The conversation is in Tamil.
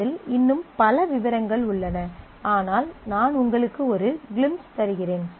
அதில் இன்னும் பல விவரங்கள் உள்ளன ஆனால் நான் உங்களுக்கு ஒரு க்ளிம்ப்ஸ் தருகிறேன்